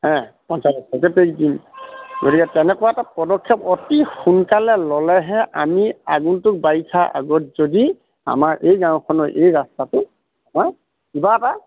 হে পঞ্চায়ত চেক্ৰেটাৰীক দিম গতিকে তেনেকুৱা এটা পদক্ষেপ অতি সোনকালে ল'লেহে আমি আগন্তুক বাৰিষা আগত যদি আমাৰ এই গাঁওখনৰ এই ৰাস্তাটো কিবা এটা